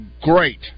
great